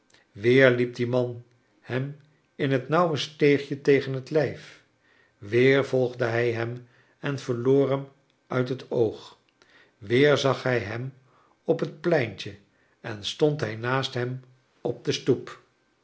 weer liep die man hem in het nauwe steegje tegen het lijf weer volgde hij hem en verloor hem uit het oog weer zag hij hem op het pleintje en stond hij naast hem op de stoep